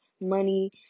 money